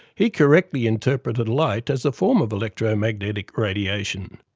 he correctly interpreted light as a form of electromagnetic radiation.